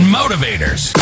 motivators